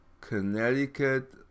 Connecticut